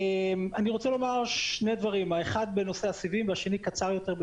אני רוצה לומר שני דברים כאשר האחד הוא בנושא הסיבים והשני קצר יותר,